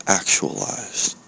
actualized